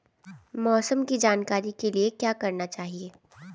मौसम की जानकारी के लिए क्या करना चाहिए?